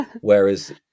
whereas